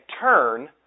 turn